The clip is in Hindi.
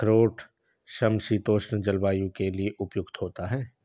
अखरोट समशीतोष्ण जलवायु के लिए उपयुक्त होता है